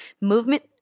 movement